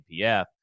NPF